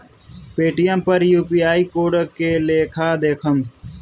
Paytm पर UPI code के लेखा देखम?